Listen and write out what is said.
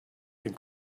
den